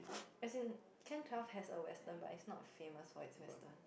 as in can twelve has a western but is not famous for its western